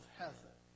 heaven